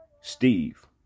Steve